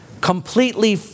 completely